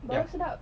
bau sedap